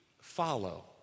follow